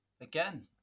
Again